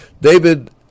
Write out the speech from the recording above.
David